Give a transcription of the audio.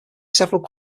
several